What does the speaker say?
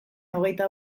hogeita